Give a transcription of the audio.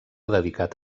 dedicat